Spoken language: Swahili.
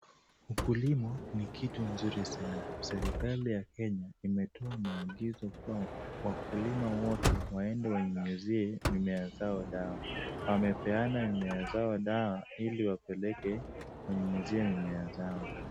Ukulima ni kitu nzuri sana. Serikali ya Kenya imetoa maangizo kuwa wakulima wote waende wanyunyizie mimea zao dawa. Wamepeana mimea zao dawa ili wapeleke wanyunyizie mimea zao.